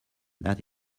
that